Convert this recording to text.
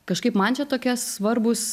kažkaip man čia tokie svarbūs